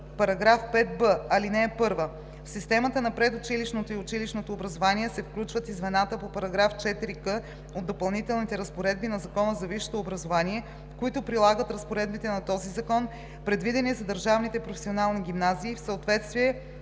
§ 5б: „§ 5б. (1) В системата на предучилищното и училищното образование се включват и звената по § 4к от Допълнителните разпоредби на Закона за висшето образование, които прилагат разпоредбите на този закон, предвидени за държавните професионални гимназии, в съответствие